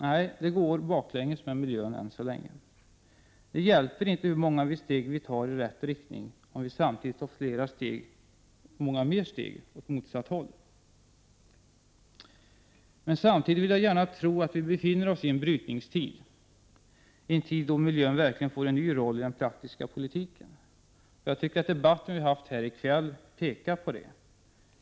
Nej, det går baklänges med miljön än så länge. Det hjälper inte hur många steg vi tar i rätt riktning, om vi samtidigt tar många fler steg åt motsatt håll. Samtidigt vill jag gärna tro att vi befinner oss i en brytningstid, en tid då miljön verkligen får en ny roll i den praktiska politiken. Jag tycker att den debatt vi har haft i kväll pekar på det.